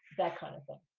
that kind of thing.